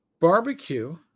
barbecue